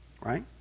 Right